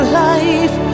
life